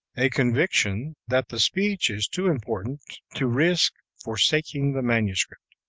a conviction that the speech is too important to risk forsaking the manuscript.